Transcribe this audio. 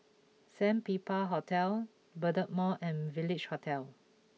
Sandpiper Hotel Bedok Mall and Village Hotel